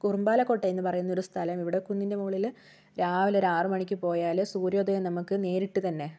കുറുമ്പാലക്കോട്ട എന്ന് പറയുന്ന ഒരു സ്ഥലം ഇവിടെ കുന്നിന്റെ മുകളില് രാവിലെ ഒരാറ് മണിക്ക് പോയാല് സൂര്യോദയം നമുക്ക് നേരിട്ട് തന്നെ